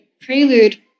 Prelude